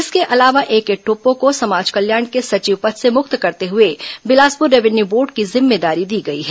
इसके अलावा एके टोप्पो को समाज कल्याण के सचिव पद से मुक्त करते हुए बिलासपुर रेवन्यू बोर्ड की जिम्मेदारी दी गई है